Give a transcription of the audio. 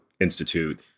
institute